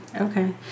Okay